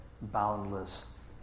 boundless